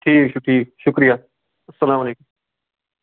ٹھیٖک چھُ ٹھیٖک شُکریہ اَسلامُ علیکُم